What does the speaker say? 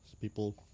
people